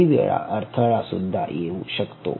काही वेळा अडथळा सुद्धा येऊ शकतो